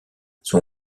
son